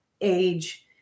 age